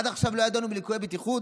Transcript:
עד עכשיו לא ידענו מליקויי בטיחות?